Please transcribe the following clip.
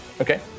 Okay